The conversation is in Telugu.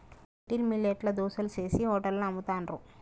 లిటిల్ మిల్లెట్ ల దోశలు చేశి హోటళ్లలో అమ్ముతాండ్రు